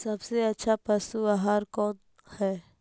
सबसे अच्छा पशु आहार कौन है?